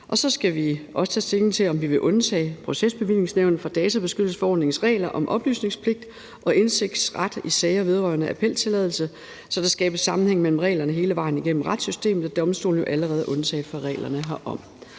Så skal vi tage stilling til, om vi vil undtage Procesbevillingsnævnet fra databeskyttelsesforordningens regler om oplysningspligt og indsigtsret i sager vedrørende appeltilladelse, så der skabes sammenhæng mellem reglerne hele vejen igennem retssystemet, da domstolene jo allerede er undtaget fra reglerne herom.